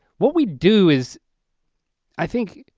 what we do is i think,